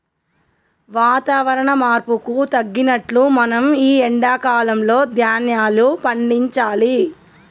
వాతవరణ మార్పుకు తగినట్లు మనం ఈ ఎండా కాలం లో ధ్యాన్యాలు పండించాలి